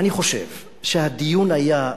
אני חושב שהדיון היה,